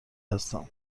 هستم